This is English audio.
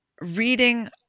reading